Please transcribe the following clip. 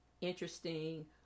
interesting